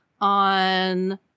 on